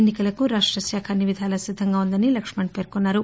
ఎన్ని కలకు రాష్ట్ర శాఖ అన్ని విధాలా సిద్ధంగా ఉందని లక్కణ్ పేర్కొన్నారు